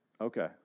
Okay